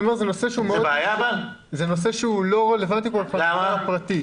אני אומר שהוא נושא שהוא לא רלוונטי למגזר הפרטי.